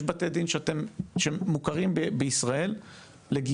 יש בתי דין שהם מוכרים בישראל לגיור.